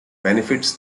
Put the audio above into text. benefits